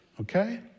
okay